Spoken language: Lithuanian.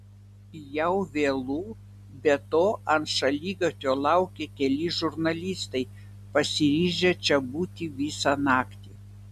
jau vėlu be to ant šaligatvio laukia keli žurnalistai pasiryžę čia būti visą naktį